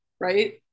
Right